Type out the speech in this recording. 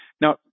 Now